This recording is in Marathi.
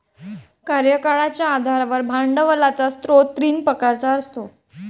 कार्यकाळाच्या आधारावर भांडवलाचा स्रोत तीन प्रकारचा असतो